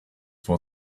for